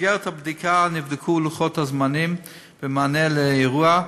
במסגרת הבדיקה נבדקו לוחות הזמנים במענה לאירוע,